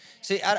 See